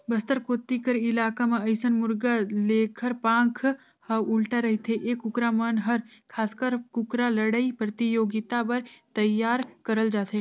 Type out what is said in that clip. बस्तर कोती कर इलाका म अइसन मुरगा लेखर पांख ह उल्टा रहिथे ए कुकरा मन हर खासकर कुकरा लड़ई परतियोगिता बर तइयार करल जाथे